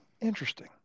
Interesting